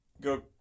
Go